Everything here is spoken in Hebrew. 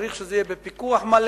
צריך שזה יהיה בפיקוח מלא,